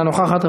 אינה נוכחת,